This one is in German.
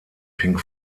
pink